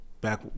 back